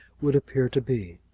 would appear to be!